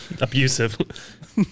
Abusive